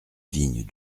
vignes